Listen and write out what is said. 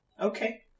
Okay